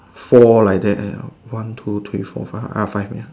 four like that uh one two three four five ah five ya